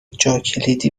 جاکلیدی